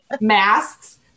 masks